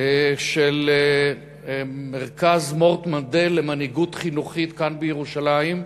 של מרכז מורט מנדל למנהיגות חינוכית כאן בירושלים.